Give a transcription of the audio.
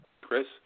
Chris